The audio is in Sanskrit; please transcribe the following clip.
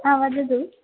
आ वदतु